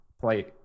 play